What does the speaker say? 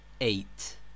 Eight